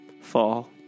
fall